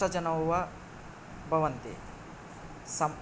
अष्ट जनौ वा भवन्ति सप्